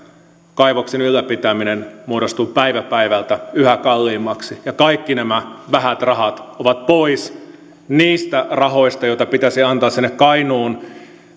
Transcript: kaivoksen ylläpitäminen muodostuu päivä päivältä yhä kalliimmaksi ja kaikki nämä vähät rahat ovat pois niistä rahoista joita pitäisi antaa sinne kainuun